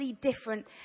different